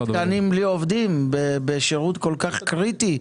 תקנים בלי עובדים בשירות כל כך קריטי?